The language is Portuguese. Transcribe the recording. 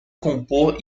compor